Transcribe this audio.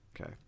okay